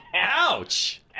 ouch